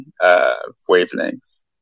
wavelengths